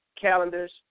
calendars